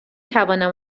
توانم